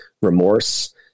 remorse